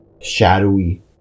shadowy